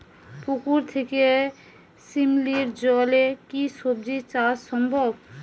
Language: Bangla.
পুকুর থেকে শিমলির জলে কি সবজি চাষ সম্ভব?